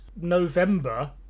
November